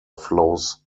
flows